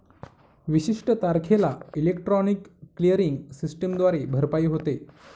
विशिष्ट तारखेला electronic clearing सिस्टमद्वारे भरपाई होते